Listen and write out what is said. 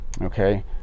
okay